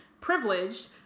privileged